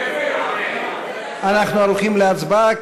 אנחנו הולכים להצבעה,